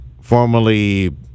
formerly